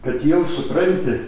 kad jau supranti